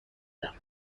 داد